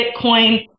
Bitcoin